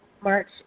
march